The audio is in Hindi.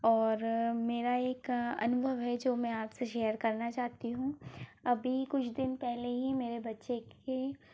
और मेरा एक अनुभव है जो मैं आपसे शेयर करना चाहती हूँ अभी कुछ दिन पहले ही मेरे बच्चे की